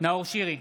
נאור שירי,